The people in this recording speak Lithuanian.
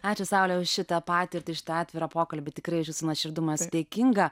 ačiū saule už šitą patirtį už šitą atvirą pokalbį tikrai už jūsų nuoširdumą esu dėkinga